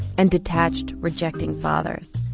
and detached rejecting fathers.